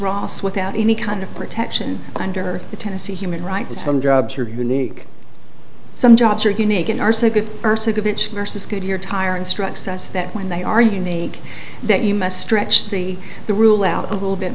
ross without any kind of protection under the tennessee human rights from drugs are unique some jobs are unique and are so good bitch versus goodyear tire instructs us that when they are unique that you must stretch the the rule out a little bit